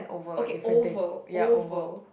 okay oval oval